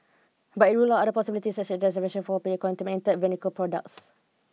But it ruled out other possibilities as diversion foul play contaminated medical products